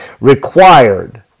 required